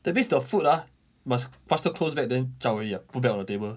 that means the food ah must faster close back then zhao already ah put back on the table